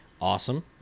awesome